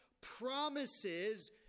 promises